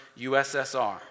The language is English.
USSR